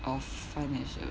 of financial